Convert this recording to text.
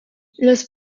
los